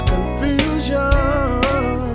Confusion